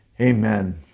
Amen